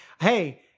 hey